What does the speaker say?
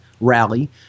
rally